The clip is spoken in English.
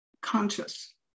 conscious